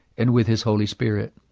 and with his holy spirit.